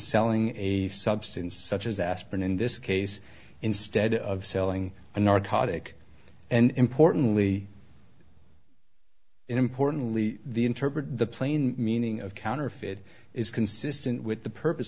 selling a substance such as aspirin in this case instead of selling a narcotic and importantly importantly the interpret the plain meaning of counterfeit is consistent with the purpose